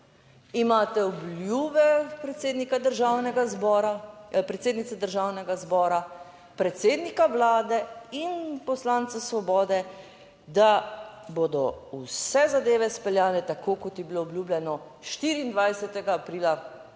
zbora, predsednice Državnega zbora, predsednika vlade in poslance Svobode, da bodo vse zadeve izpeljane tako kot j bilo obljubljeno 24. aprila